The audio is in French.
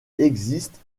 existe